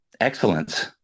excellence